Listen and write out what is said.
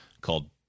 called